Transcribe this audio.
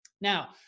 now